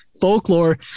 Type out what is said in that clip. folklore